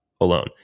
alone